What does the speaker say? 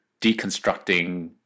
deconstructing